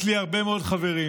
יש לי הרבה מאוד חברים,